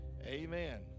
Amen